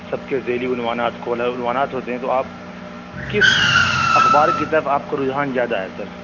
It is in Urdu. سب کے ذیلی عنوانات کو الگ الگ عنوانات ہوتے ہیں تو آپ کس اخبار کی طرف آپ کو رجحان زیادہ ہے سر